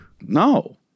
No